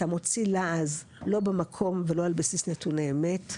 אתה מוציא לעז לא במקום ולא על בסיס נתוני אמת.